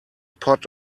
pot